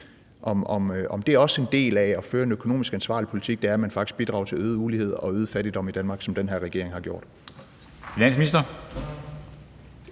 om det også er en del af at føre en ansvarlig økonomisk politik, at man faktisk bidrager til øget ulighed og øget fattigdom i Danmark – hvilket den her regering har gjort?